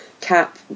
Cap